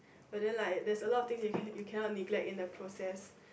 whether like there's a lot of thing you can you cannot neglect in the process